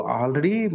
already